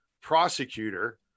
prosecutor